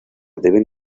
deben